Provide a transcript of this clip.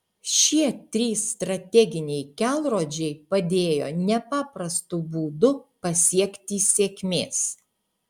šie trys strateginiai kelrodžiai padėjo nepaprastu būdu pasiekti sėkmės